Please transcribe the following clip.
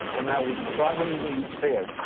when i was struggling in despair,